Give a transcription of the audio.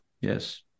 yes